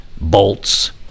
bolts